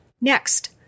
Next